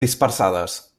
dispersades